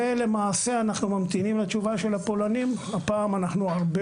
למעשה אנחנו ממתינים לתשובה של הפולנים - הפעם אנחנו הרבה